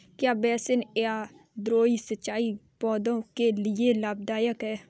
क्या बेसिन या द्रोणी सिंचाई पौधों के लिए लाभदायक है?